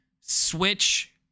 switch